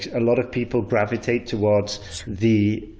a lot of people gravitate towards the